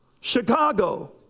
Chicago